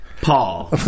Paul